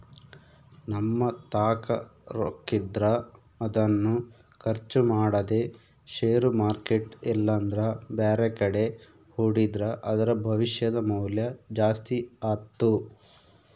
ನಮ್ಮತಾಕ ರೊಕ್ಕಿದ್ರ ಅದನ್ನು ಖರ್ಚು ಮಾಡದೆ ಷೇರು ಮಾರ್ಕೆಟ್ ಇಲ್ಲಂದ್ರ ಬ್ಯಾರೆಕಡೆ ಹೂಡಿದ್ರ ಅದರ ಭವಿಷ್ಯದ ಮೌಲ್ಯ ಜಾಸ್ತಿ ಆತ್ತು